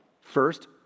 First